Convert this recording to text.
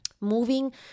moving